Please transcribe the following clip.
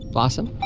Blossom